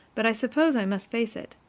but i suppose i must face it.